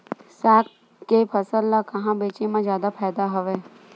साग के फसल ल कहां बेचे म जादा फ़ायदा हवय?